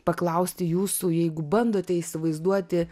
paklausti jūsų jeigu bandote įsivaizduoti